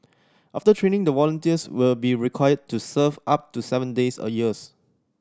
after training the volunteers will be required to serve up to seven days a years